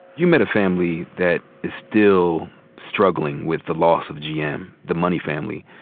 you met a family that is still struggling with the loss of gm, the money family.